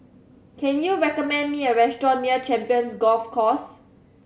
can you recommend me a restaurant near Champions Golf Course